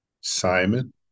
Simon